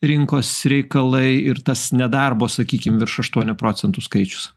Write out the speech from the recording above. rinkos reikalai ir tas nedarbo sakykim virš aštuonių procentų skaičius